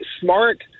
Smart